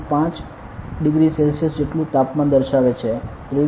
5 degree Celsius જેટલું તાપમાન દર્શાવે છે 23